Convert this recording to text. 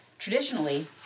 Traditionally